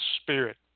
spirit